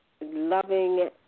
loving